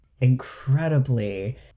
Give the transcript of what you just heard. incredibly